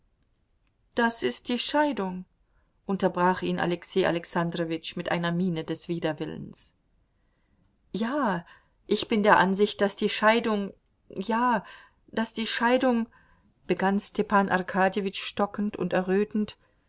das ist die scheidung unterbrach ihn alexei alexandrowitsch mit einer miene des widerwillens ja ich bin der ansicht daß die scheidung ja daß die scheidung begann stepan arkadjewitsch stockend und errötend